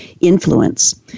influence